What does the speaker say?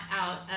out